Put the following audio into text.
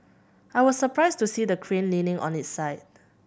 I was surprised to see the crane leaning on its side